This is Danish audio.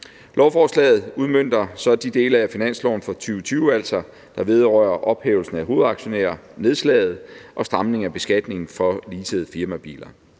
Lovforslaget udmønter altså de dele af finansloven for 2020, der vedrører ophævelse af hovedaktionærnedslaget og stramning af beskatningen af leasede firmabiler.